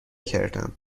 کردم